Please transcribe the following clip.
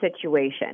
situation